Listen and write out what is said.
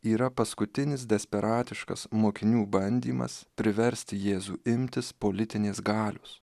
yra paskutinis desperatiškas mokinių bandymas priversti jėzų imtis politinės galios